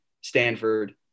Stanford